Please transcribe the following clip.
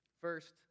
First